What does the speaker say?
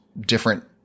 different